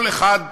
כל אחד בדרכו,